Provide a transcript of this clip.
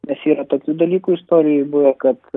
nes yra tokių dalykų istorijoj buvę kad